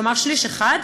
כלומר שליש אחד,